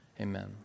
Amen